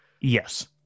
Yes